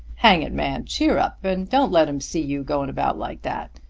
hang it, man, cheer up, and don't let em see you going about like that.